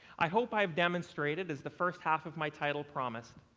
i hope i've demonstrated, as the first half of my title promised,